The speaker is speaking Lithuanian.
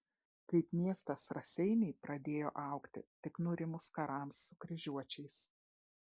kaip miestas raseiniai pradėjo augti tik nurimus karams su kryžiuočiais